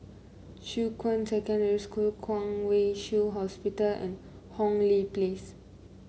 Shuqun Secondary School Kwong Wai Shiu Hospital and Hong Lee Place